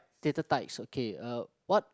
little tykes okay uh what